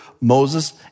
Moses